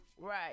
right